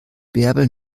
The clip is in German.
bärbel